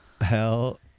Hell